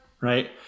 right